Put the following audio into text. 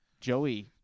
Joey